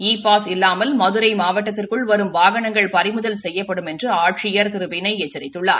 இ pass இவலாமல் மதுரை மாவட்டத்திற்குள் வரும் வாகனங்கள் பறிமுதல் செய்யப்படும் என்று ஆட்சியா் திரு விணய் எச்சித்துள்ளார்